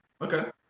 Okay